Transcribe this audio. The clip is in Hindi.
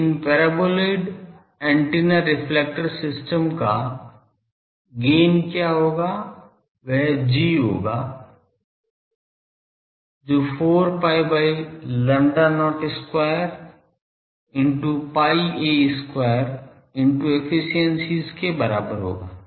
लेकिन परबोलॉइड एंटीना रिफ्लेक्टर सिस्टम का गेन क्या होगा वह G होगा जो 4 pi by lambda not square into pi a square into efficiencies के बराबर होगा